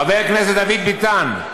חבר הכנסת דוד ביטן,